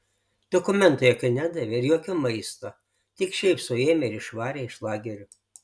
dokumento jokio nedavė ir jokio maisto tik šiaip sau ėmė ir išvarė iš lagerio